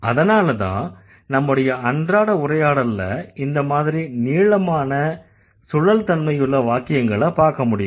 அதனாலதான் நம்முடைய அன்றாட உரையாடல்ல இந்த மாதிரி நீளமான சுழல் தன்மையுள்ள வாக்கியங்களை பார்க்க முடியாது